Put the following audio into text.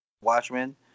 Watchmen